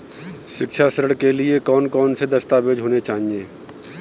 शिक्षा ऋण के लिए कौन कौन से दस्तावेज होने चाहिए?